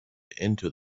into